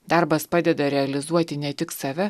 darbas padeda realizuoti ne tik save